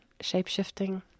shape-shifting